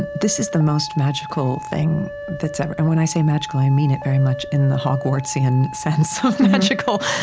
and this is the most magical thing that's ever and when i say magical, i mean it very much in the hogwartsian sense of magical.